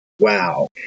wow